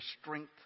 strength